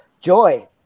Joy